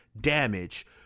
damage